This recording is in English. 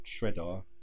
Shredder